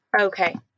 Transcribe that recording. okay